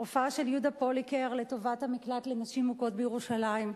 הופעה של יהודה פוליקר לטובת המקלט לנשים מוכות בירושלים.